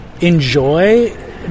enjoy